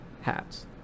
hats